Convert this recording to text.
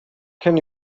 can